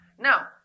Now